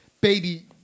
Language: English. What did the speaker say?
baby